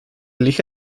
elige